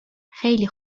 خیلی